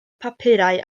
papurau